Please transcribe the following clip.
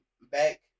back